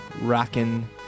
rocking